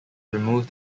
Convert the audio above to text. removed